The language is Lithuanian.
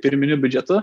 pirminiu biudžetu